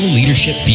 Leadership